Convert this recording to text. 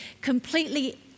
completely